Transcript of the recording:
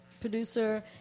producer